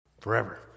forever